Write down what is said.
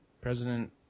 president